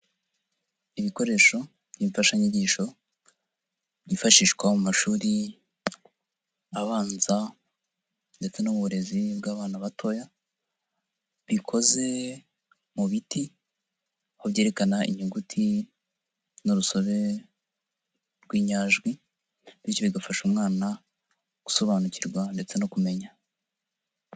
Ibikoresho by'imfashanyigisho byifashishwa mu mashuri abanza ndetse no mu burezi bw'abana batoya bikoze mu biti aho byerekana inyuguti n'urusobe rw'inyajwi bityo bigafasha umwana gusobanukirwa ndetse no kumenya.